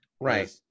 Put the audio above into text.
Right